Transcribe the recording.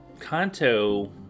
Kanto